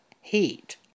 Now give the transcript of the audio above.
heat